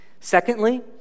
Secondly